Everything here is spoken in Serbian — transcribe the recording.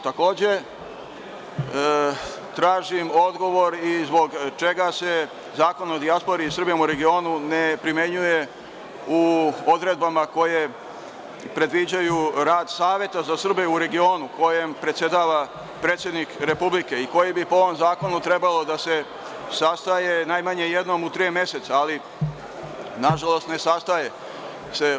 Takođe, tražim odgovor i zbog čega se Zakon o dijaspori i Srbima u regionu ne primenjuje u odredbama koje predviđaju rad Saveta za Srbe u regionu kojem predsedava predsednik Republike i koji bi po ovom zakonu trebalo da se sastaje najmanje jednom u tri meseca, ali nažalost ne sastaje se?